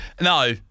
No